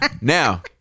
now